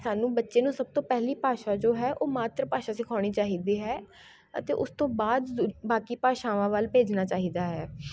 ਸਾਨੂੰ ਬੱਚੇ ਨੂੰ ਸਭ ਤੋਂ ਪਹਿਲੀ ਭਾਸ਼ਾ ਜੋ ਹੈ ਉਹ ਮਾਤਰ ਭਾਸ਼ਾ ਸਿਖਾਉਣੀ ਚਾਹੀਦੀ ਹੈ ਅਤੇ ਉਸ ਤੋਂ ਬਾਅਦ ਬਾਕੀ ਭਾਸ਼ਾਵਾਂ ਵੱਲ ਭੇਜਣਾ ਚਾਹੀਦਾ ਹੈ